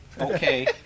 Okay